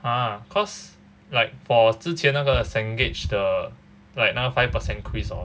!huh! cause like for 之前那个 cengage 的 like 那个 five percent quiz hor